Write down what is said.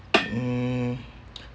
mm